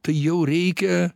tai jau reikia